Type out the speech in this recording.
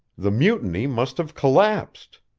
the mutiny must have collapsed.